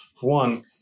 one